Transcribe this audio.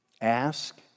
Ask